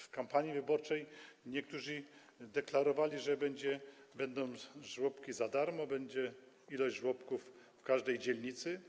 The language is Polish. W kampanii wyborczej niektórzy deklarowali, że żłobki będą za darmo, będzie ileś żłobków w każdej dzielnicy.